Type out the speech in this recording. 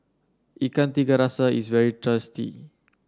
Ikan Tiga Rasa is very tasty